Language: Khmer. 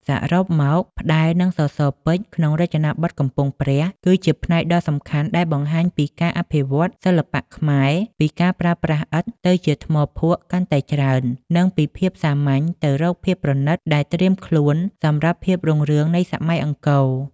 សរុបមក ផ្តែរ និងសសរពេជ្រ ក្នុងរចនាបថកំពង់ព្រះ គឺជាផ្នែកដ៏សំខាន់ដែលបង្ហាញពីការអភិវឌ្ឍន៍សិល្បៈខ្មែរ ពីការប្រើប្រាស់ឥដ្ឋទៅជាថ្មភក់កាន់តែច្រើន និងពីភាពសាមញ្ញទៅរកភាពប្រណិត ដែលត្រៀមខ្លួនសម្រាប់ភាពរុងរឿងនៃសម័យអង្គរ។